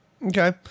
Okay